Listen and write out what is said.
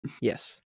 Yes